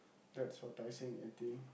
that's for Tai Seng eighteen